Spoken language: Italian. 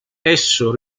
esso